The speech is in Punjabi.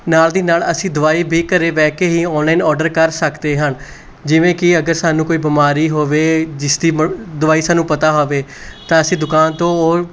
ਨਾਲ ਦੀ ਨਾਲ ਅਸੀਂ ਦਵਾਈ ਵੀ ਘਰੇ ਬਹਿ ਕੇ ਹੀ ਔਨਲਾਈਨ ਔਡਰ ਕਰ ਸਕਦੇ ਹਾਂ ਜਿਵੇਂ ਕਿ ਅਗਰ ਸਾਨੂੰ ਕੋਈ ਬਿਮਾਰੀ ਹੋਵੇ ਜਿਸਦੀ ਬ ਦਵਾਈ ਸਾਨੂੰ ਪਤਾ ਹੋਵੇ ਤਾਂ ਅਸੀਂ ਦੁਕਾਨ ਤੋਂ ਉਹ